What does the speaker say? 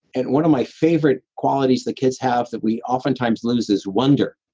and one of my favorite qualities that kids have that we oftentimes lose is wonder,